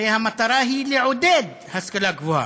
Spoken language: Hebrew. הרי המטרה היא לעודד השכלה גבוהה,